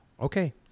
Okay